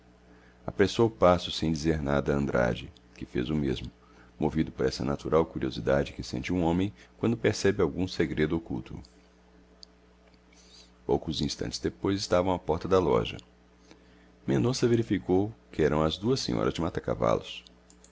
o mesmo apressou o passo sem dizer nada a andrade que fez o mesmo movido por essa natural curiosidade que sente um homem quando percebe algum segredo oculto poucos instantes depois estavam à porta da loja mendonça verificou que eram as duas senhoras de